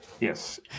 Yes